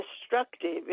destructive